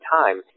time